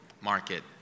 market